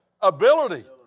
Ability